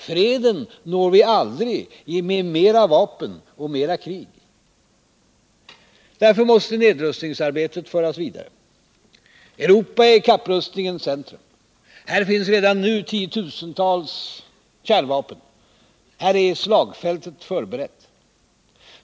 Freden når vi aldrig med mera vapen och mera krig. Därför måste nedrustningsarbetet föras vidare. Europa är kapprustningens centrum. Här finns redan nu tiotusentals kärnvapen. Här är slagfältet förberett.